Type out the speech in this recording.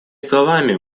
словами